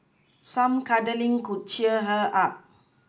some cuddling could cheer her up